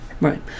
right